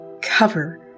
cover